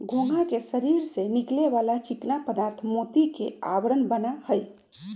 घोंघा के शरीर से निकले वाला चिकना पदार्थ मोती के आवरण बना हई